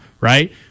right